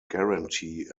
guarantee